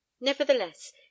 nevertheless